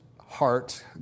heart